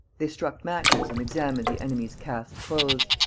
they struck matches and examined the enemy's cast clothes.